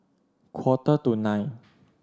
quarter to nine